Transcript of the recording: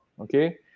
okay